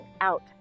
Out